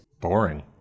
Boring